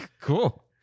Cool